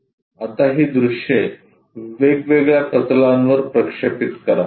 आता ही दृश्ये वेगवेगळ्या प्रतलांवर प्रक्षेपित करा